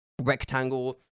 rectangle